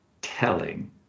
telling